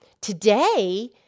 today